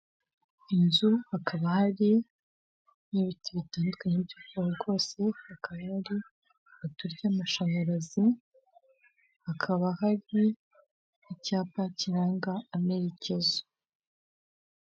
Inzu hakaba hari n'ibiti bitandukanye by'ubwoko bwose, hakaba hari ipoto ry'amashanyarazi, hakaba hari icyapa kiranga amerekezo.